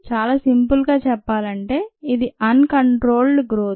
చాలా సింపుల్ గా చెప్పాలంటే ఇది అన్ కంట్రోల్డ్ గ్రోత్